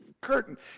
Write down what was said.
curtain